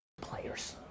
players